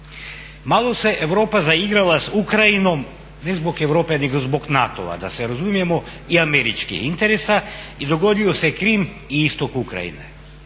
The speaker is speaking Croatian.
Malo se Europa zaigrala s Ukrajinom, ne zbog Europe nego zbog NATO-a, da se razumijemo i američkih interesa i dogodio se Krim i istok Ukrajine.